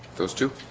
those two